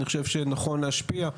אני חושב שנכון להשפיע,